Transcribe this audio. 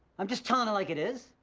i'm just telling it like it is.